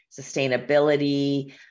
sustainability